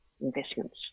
investments